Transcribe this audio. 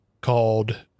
called